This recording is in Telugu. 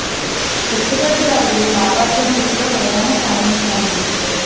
పెట్టుబడిదారులు లాభార్జన దిశగా ప్రయాణం సాగించాలి